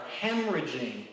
hemorrhaging